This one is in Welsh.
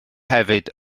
hefyd